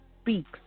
Speaks